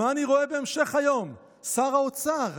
מה אני רואה בהמשך היום?" "שר האוצר".